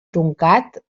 truncat